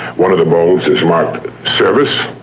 one of the bowls is marked service,